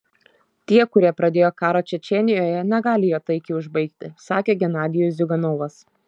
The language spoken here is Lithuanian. tie kurie pradėjo karą čečėnijoje negali jo taikiai užbaigti sakė genadijus ziuganovas